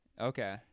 Okay